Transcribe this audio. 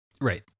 Right